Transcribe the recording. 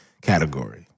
category